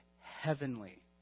heavenly